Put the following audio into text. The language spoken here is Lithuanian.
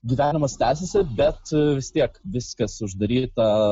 gyvenimas tęsiasi bet vis tiek viskas uždaryta